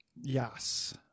Yes